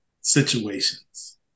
situations